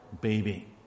baby